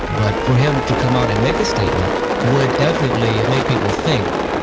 but for him to come out and make a statement would definitely make people think.